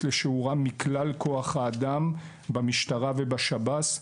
לשיעורם מכלל כוח האדם במשטרה ובשב"ס,